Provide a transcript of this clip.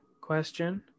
question